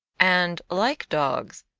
and, like dogs,